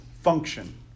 function